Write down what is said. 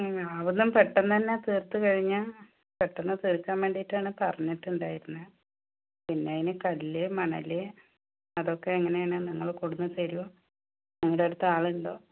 പിന്നെ ആവതും പെട്ടന്ന് തന്നെ തീർത്ത് കഴിഞ്ഞാൽ